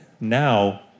Now